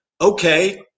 okay